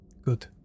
good